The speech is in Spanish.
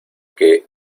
que